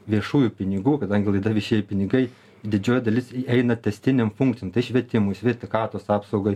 viešųjų pinigų kadangi visi pinigai didžioji dalis įeina tęstinėm funkcijom švietimui sveikatos apsaugai